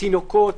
תינוקות.